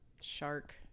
shark